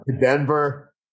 Denver